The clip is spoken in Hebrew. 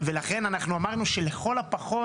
אנחנו אמרנו שלכל הפחות,